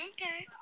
Okay